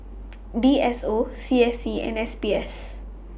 D S O C S C and S B S